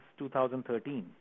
2013